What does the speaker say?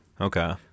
Okay